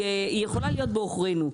יכולה להיות בעוכרינו,